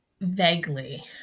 vaguely